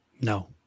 no